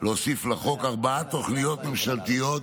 להוסיף לחוק ארבע תוכניות ממשלתיות